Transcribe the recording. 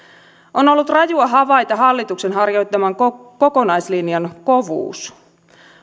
on ollut rajua havaita hallituksen harjoittaman kokonaislinjan kovuus